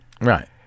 Right